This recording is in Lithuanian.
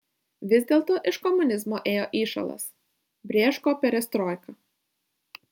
vis dėlto iš komunizmo ėjo įšalas brėško perestroika